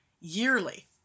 yearly